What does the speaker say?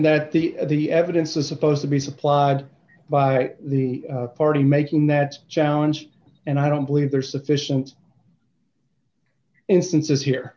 the the evidence is supposed to be supplied by the party making that challenge and i don't believe there's sufficient instances here